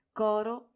coro